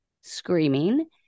screaming